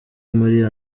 muri